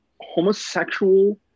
homosexual